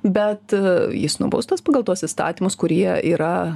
bet jis nubaustas pagal tuos įstatymus kurie yra